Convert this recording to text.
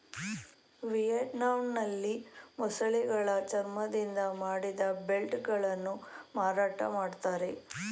ವಿಯೆಟ್ನಾಂನಲ್ಲಿ ಮೊಸಳೆಗಳ ಚರ್ಮದಿಂದ ಮಾಡಿದ ಬೆಲ್ಟ್ ಗಳನ್ನು ಮಾರಾಟ ಮಾಡ್ತರೆ